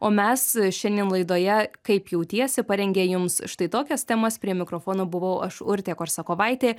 o mes šiandien laidoje kaip jautiesi parengė jums štai tokias temas prie mikrofono buvau aš urtė korsakovaitė